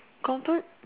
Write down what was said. comfort